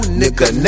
nigga